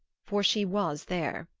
for she was there.